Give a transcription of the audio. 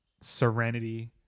serenity